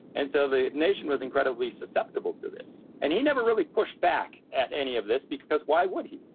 and so the nation was incredibly susceptible to this. and he never really pushed back at any of this because why would he?